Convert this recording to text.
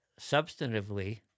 substantively